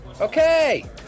Okay